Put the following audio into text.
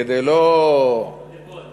כדי לא, אני פה,